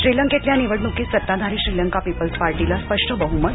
श्रीलंकेतल्या निवडणुकीत सत्ताधारी श्रीलंका पीपल्स पार्टीला स्पष्ट बहुमत